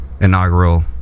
inaugural